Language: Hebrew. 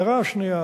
ההערה השנייה,